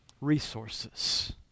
resources